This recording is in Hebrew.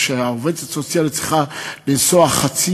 או שהעובדת הסוציאלית צריכה לנסוע חצי